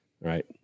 right